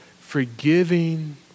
Forgiving